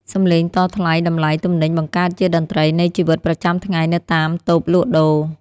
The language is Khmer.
សំឡេងតថ្លៃតម្លៃទំនិញបង្កើតជាតន្ត្រីនៃជីវិតប្រចាំថ្ងៃនៅតាមតូបលក់ដូរ។